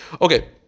Okay